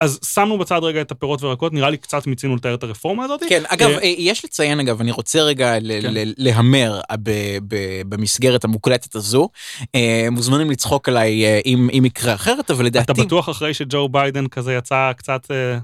אז שמנו בצד רגע את הפירות וירקות, נראה לי קצת מצינו לתאר את הרפורמה הזאת. כן, אגב, יש לציין אגב, אני רוצה רגע להמר במסגרת המוקלטת הזו, מוזמנים לצחוק עליי אם יקרה אחרת, אבל לדעתי... אתה בטוח אחרי שג'ו ביידן כזה יצא קצת...